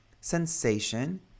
sensation